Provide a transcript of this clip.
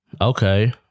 Okay